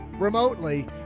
remotely